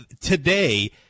today